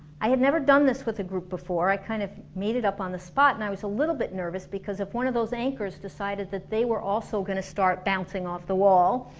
i had never done this with a group before, i kind of made it up on the spot and i was a little bit nervous because if one of those anchors decided that they were also gonna start bouncing off the wall